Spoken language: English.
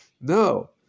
No